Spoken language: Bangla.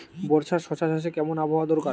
বর্ষার শশা চাষে কেমন আবহাওয়া দরকার?